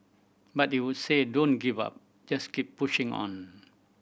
but they would say don't give up just keep pushing on